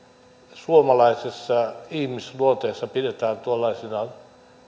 suomalaisessa ihmisluonteessa pidetään